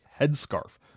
headscarf